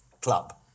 Club